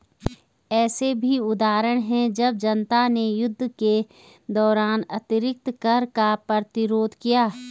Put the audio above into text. ऐसे भी उदाहरण हैं जब जनता ने युद्ध के दौरान अतिरिक्त कर का प्रतिरोध किया